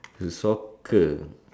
soccer